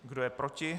Kdo je proti?